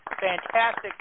fantastic